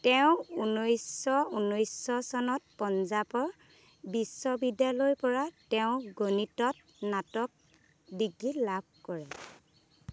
তেওঁ ঊনৈছশ ঊনৈছশ চনত পঞ্জাৱ বিশ্ববিদ্যালয়ৰ পৰা তেওঁৰ গণিতত স্নাতক ডিগ্ৰী লাভ কৰে